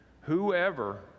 Whoever